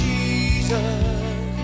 Jesus